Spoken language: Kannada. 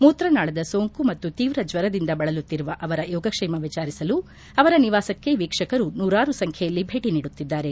ಮೂತ್ರನಾಳದ ಸೋಂಕು ಮತ್ತು ತೀವ್ರ ಜ್ವರದಿಂದ ಬಳಲುತ್ತಿರುವ ಅವರ ಯೋಗಕ್ಷೇಮ ವಿಚಾರಿಸಲು ಅವರ ನಿವಾಸಕ್ಕೆ ವೀಕ್ಷಕರು ನೂರಾರು ಸಂಚ್ಯೆಯಲ್ಲಿ ಭೇಟಿ ನೀಡುತ್ತಿದ್ದಾರೆ